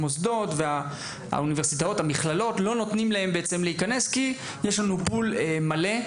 המכללות והאוניברסיטאות לא נותנות להם להיכנס כי יש לנו פול מלא.